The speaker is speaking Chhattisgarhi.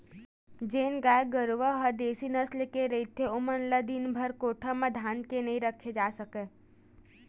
जेन गाय गरूवा ह देसी नसल के रहिथे ओमन ल दिनभर कोठा म धांध के नइ राखे जा सकय